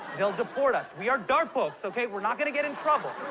they'll deport us. we are darpoks, okay? we're not gonna get in trouble.